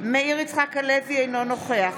מאיר יצחק הלוי, אינו נוכח